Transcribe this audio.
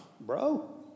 bro